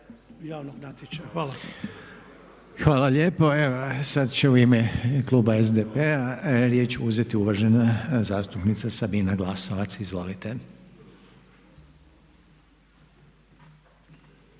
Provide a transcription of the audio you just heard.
Hvala lijepo. Evo sad će u ime Kluba SDP-a riječ uzeti uvažena zastupnica Sabina Glasovac. Izvolite.